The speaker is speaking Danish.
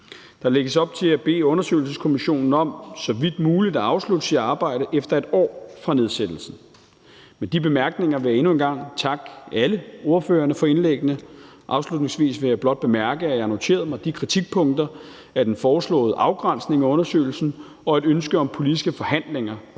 Der lægges op til at bede undersøgelseskommissionen om så vidt muligt at afslutte sit arbejde efter et år fra nedsættelsen. Med de bemærkninger vil jeg endnu en gang takke alle ordførerne for indlæggene. Afslutningsvis vil jeg blot bemærke, at jeg har noteret mig de kritikpunkter af den foreslåede afgrænsning af undersøgelsen og et ønske om politiske forhandlinger